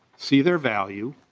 see their value